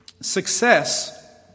success